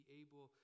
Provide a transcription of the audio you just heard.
able